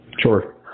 Sure